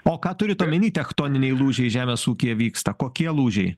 o ką turit omeny techtoniniai lūžiai žemės ūkyje vyksta kokie lūžiai